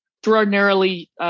extraordinarily